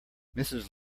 mrs